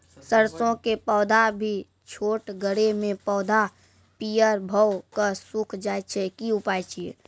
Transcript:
सरसों के पौधा भी छोटगरे मे पौधा पीयर भो कऽ सूख जाय छै, की उपाय छियै?